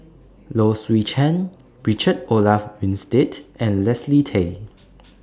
Low Swee Chen Richard Olaf Winstedt and Leslie Tay